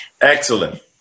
Excellent